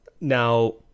Now